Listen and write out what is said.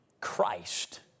Christ